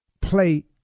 Play